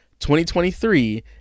2023